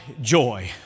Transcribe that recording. Joy